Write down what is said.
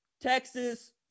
Texas